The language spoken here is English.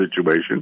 situation